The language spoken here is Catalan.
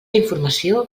informació